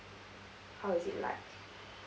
how is it like